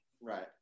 Right